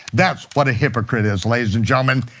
that's what a hypocrite is, ladies and gentlemen.